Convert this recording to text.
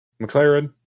McLaren